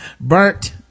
Burnt